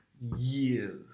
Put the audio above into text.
years